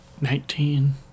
nineteen